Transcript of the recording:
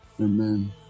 Amen